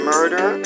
Murder